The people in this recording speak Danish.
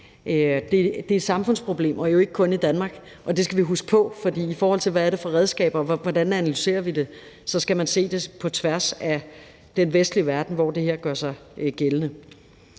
Det er et samfundsproblem og jo ikke kun i Danmark, og det skal vi huske på, for i forhold til hvad det er for redskaber og hvordan vi analyserer det, skal man se det på tværs af den vestlige verden, hvor det her gør sig gældende.